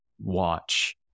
watch